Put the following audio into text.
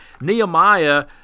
Nehemiah